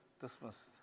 dismissed